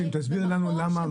תסבירי לנו למה,